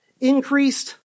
Increased